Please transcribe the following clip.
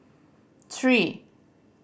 three